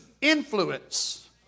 influence